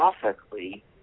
philosophically